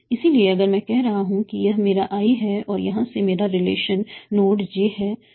इसलिए अगर मैं कह रहा हूं कि यह मेरा i है और यहां से मेरा रिलेशन नोड j से है